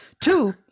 two